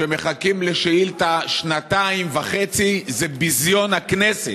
כשמחכים לשאילתה שנתיים וחצי, זה ביזיון הכנסת,